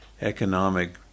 economic